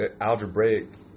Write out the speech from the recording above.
algebraic